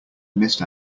missed